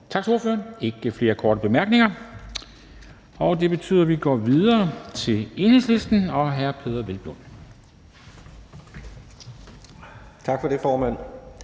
Tak til ordføreren. Der er ikke flere korte bemærkninger. Det betyder, at vi går videre til Enhedslisten og hr. Peder Hvelplund.